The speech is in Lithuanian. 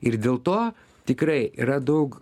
ir dėl to tikrai yra daug